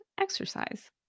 exercise